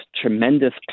tremendous